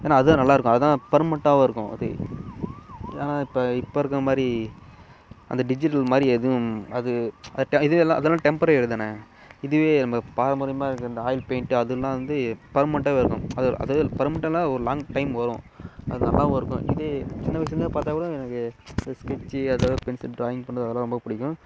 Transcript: ஏன்னா அதான் நல்லாயிருக்கும் அதுதான் பர்மனென்ட்டாகவும் இருக்கும் அது ஏன்னா இப்போ இப்போ இருக்க மாதிரி அந்த டிஜிட்டல் மாதிரி எதுவும் அது அது இது எல்லாம் அதெல்லாம் டெம்ப்ரவரி தான் இதுவே நம்ம பாரம்பரியமாக இந்த ஆயில் பெயிண்ட்டு அதல்லாம் வந்து பர்மென்ட்டாகவே இருக்கும் அது அதோடு அதாவது பர்மென்ட்டான்னா ஒரு லாங் டைம் வரும் அது நல்லாவும் இருக்கும் இதே சின்ன வயசுலேருந்து பார்த்தாக்கூட எனக்கு இந்த ஸ்கெட்ச்சு அதாவது பென்சில் ட்ராயிங் பண்ணுறது அதல்லாம் ரொம்ப பிடிக்கும்